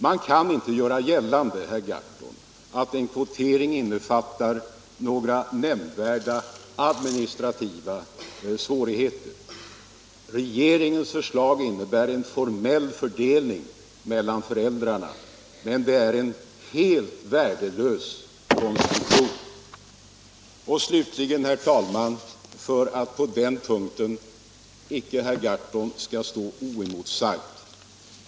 Man kan inte göra gällande, herr Gahrton, att en kvotering innefattar några nämnvärda administrativa svårigheter. Regeringens förslag innebär en formell fördelning mellan föräldrarna, men det är en helt värdelös konstruktion. Slutligen, herr talman, en annan punkt där herr Gahrton icke skall stå oemotsagd.